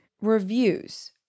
reviews